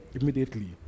immediately